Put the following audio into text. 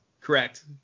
Correct